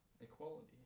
Equality